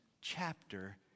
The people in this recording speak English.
chapter